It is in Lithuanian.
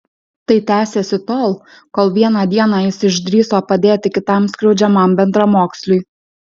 tai tęsėsi tol kol vieną dieną jis išdrįso padėti kitam skriaudžiamam bendramoksliui